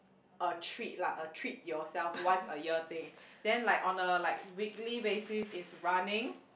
a treat lah a treat yourself once a year thing then like on a like weekly basis is running